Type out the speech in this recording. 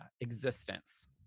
existence